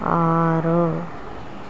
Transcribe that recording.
ఆరు